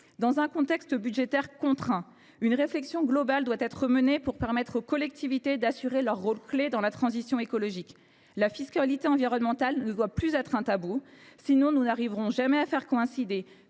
Dans un contexte budgétaire contraint, une réflexion globale doit être menée pour permettre aux collectivités d’assurer leur rôle clé dans la transition écologique. La fiscalité environnementale ne doit plus être un tabou, sans quoi nous n’arriverons jamais à faire coïncider